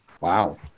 Wow